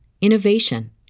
innovation